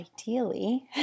ideally